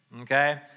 Okay